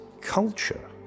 culture